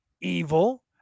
evil